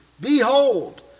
behold